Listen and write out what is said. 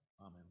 Amen